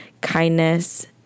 kindness